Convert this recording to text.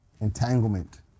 entanglement